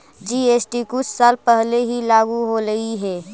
GST कुछ साल पहले ही लागू होलई हे